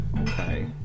Okay